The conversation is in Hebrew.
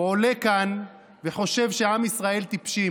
הוא עולה לכאן וחושב שעם ישראל טיפש.